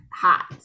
hot